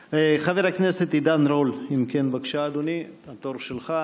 כן, חבר הכנסת עידן רול, בבקשה, אדוני, התור שלך.